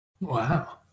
Wow